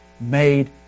made